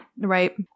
right